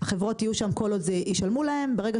החברות יהיו שם כל עוד ישלמו להן וברגע